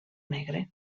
negre